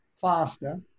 faster